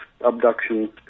abduction